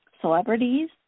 celebrities